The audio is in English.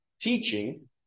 teaching